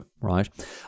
right